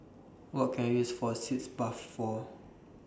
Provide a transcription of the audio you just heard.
What Can I use For Sitz Bath For